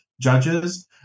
judges